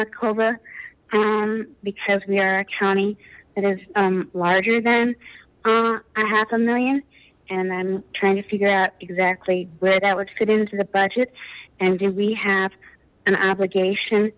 boom because we are a county that is larger than half a million and i'm trying to figure out exactly where that would fit into the budget and do we have an obligation